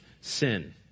sin